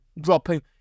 dropping